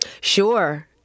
Sure